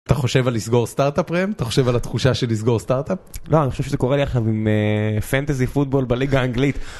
אתה חושב על לסגור סטארט-אפ רם? אתה חושב על התחושה של לסגור סטארט-אפ? לא, אני חושב שזה קורה לי עכשיו עם אה.. פנטזי פוטבול בליגה האנגלית.